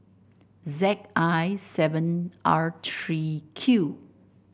Z I seven R three Q